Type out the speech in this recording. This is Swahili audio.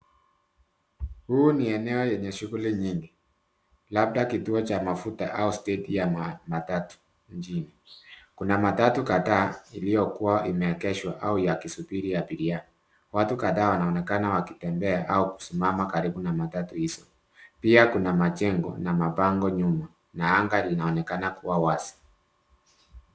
Hii ni eneo yenye shughuli nyingi, labda kituo cha mafuta au steji ya matatu nchini. Kuna matatu kadhaa iliyokua imeegeshwa au yakisubiri abiria. Watu kadhaa wanaonekana wakitembea au wakisimama karibu na matatu hizo. Pia kuna majengo na mabango nyuma na anga linaonekana kuwa wazi.